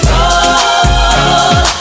Roll